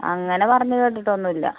അങ്ങനെ പറഞ്ഞ് കേട്ടിട്ടൊന്നുമില്ല